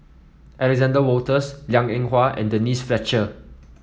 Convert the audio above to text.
Alexander Wolters Liang Eng Hwa and Denise Fletcher